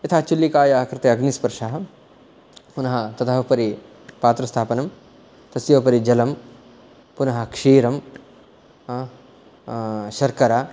यथा चुल्लिकायाः कृते अग्निस्पर्शः पुनः तदुपरि पात्रस्थापनं तस्य उपरि जलं पुनः क्षीरं शर्करा